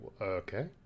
okay